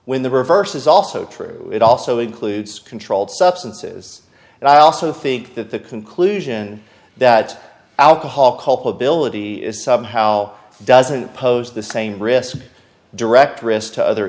when the reverse is also true it also includes controlled substances and i also think that the conclusion that alcohol culpability is somehow doesn't pose the same risk direct risk to other